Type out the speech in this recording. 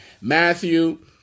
Matthew